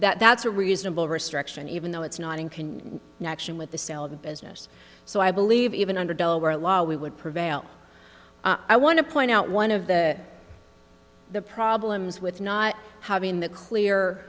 that that's a reasonable restriction even though it's not in can now action with the sale of the business so i believe even under delaware law we would prevail i want to point out one of the the problems with not having the clear